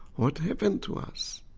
what happened to us?